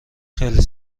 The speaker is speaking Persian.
خیلی